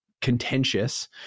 contentious